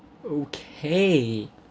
okay